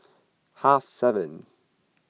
half seven